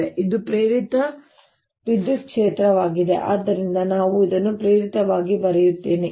ಇದು ಪ್ರೇರಿತ ವಿದ್ಯುತ್ ಕ್ಷೇತ್ರವಾಗಿರುತ್ತದೆ ಆದ್ದರಿಂದ ನಾನು ಇದನ್ನು ಪ್ರೇರಿತವಾಗಿ ಬರೆಯುತ್ತೇನೆ